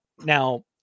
Now